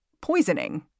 poisoning